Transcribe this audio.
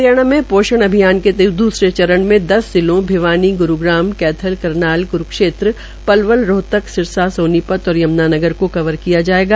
हरियाणा में पोषण अभियान के दसरे चरण में दस जिलों भिवानी गुरूग्राम कैथल करनाल कुरूक्षेत्र पलवल रोहतक सिरसा सोनीपत और यमुयानगर को कवर किया जायेगा